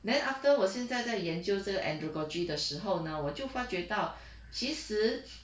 then after 我现在在研究这个 andragogy 的时候呢我就发觉到其实